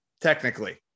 technically